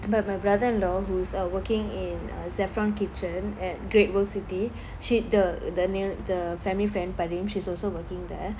but my brother-in-law who's are working in uh Zaffron kitchen at great world city she the the n~ the family friend padrim she's also working there